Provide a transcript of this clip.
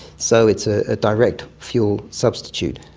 so it's a direct fuel substitute.